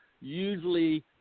usually